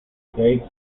kate